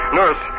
nurse